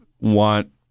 want